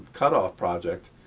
cut-off project.